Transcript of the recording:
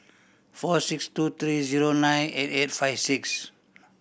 four six two three zero nine eight eight five six